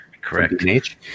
correct